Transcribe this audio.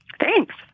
Thanks